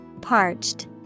Parched